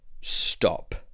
stop